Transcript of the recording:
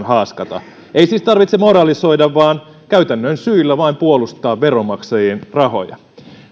haaskata ei siis tarvitse moralisoida vaan vain käytännön syillä puolustaa veronmaksajien rahoja